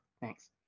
Thanks